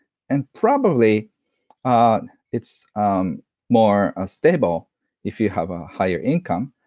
and probably ah it's um more ah stable if you have a higher income,